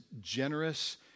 generous